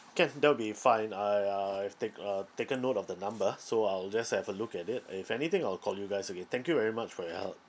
can that will be fine I uh I've take~ uh taken note of the number so I'll just have a look at it if anything I'll call you guys again thank you very much for your help